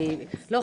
לא,